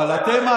אבל אתם,